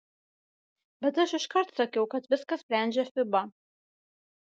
bet aš iškart sakiau kad viską sprendžia fiba